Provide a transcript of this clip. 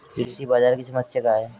कृषि बाजार की समस्या क्या है?